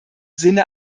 sinne